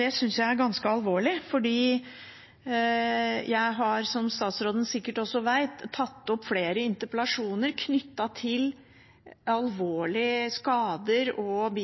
Det synes jeg er ganske alvorlig, for jeg har – som statsråden sikkert også vet – tatt opp flere interpellasjoner knyttet til alvorlige skader og